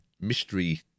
mystery